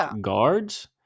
guards